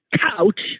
couch